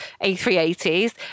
A380s